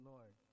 Lord